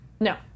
No